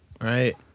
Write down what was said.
Right